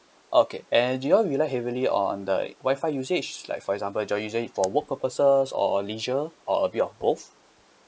okay and do you all rely heavily on the Wi-Fi usage like for example do you usually for work purposes or leisure or a bit of both